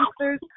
answers